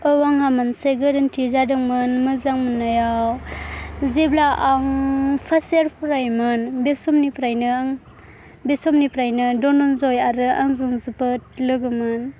औ आंहा मोनसे गोरोन्थि जादोंमोन मोजां मोननायाव जेब्ला आं फार्स्ट इयार फरायोमोन बे समनिफ्रायनो आं धनन्जय आरो आंजों जोबोद लोगोमोन